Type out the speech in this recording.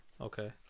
Okay